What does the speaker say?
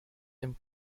dem